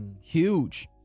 Huge